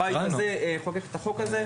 הבית הזה חוקק את החוק הזה.